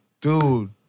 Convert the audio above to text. Dude